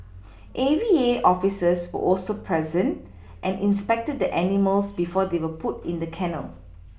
A V A officers were also present and inspected the animals before they were put in the kennel